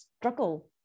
struggle